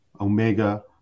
Omega